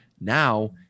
Now